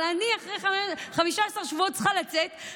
אבל אני אחרי 15 שבועות צריכה לצאת,